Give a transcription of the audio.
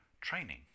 training